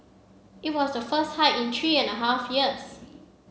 it was the first hike in three and a half years